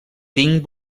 tinc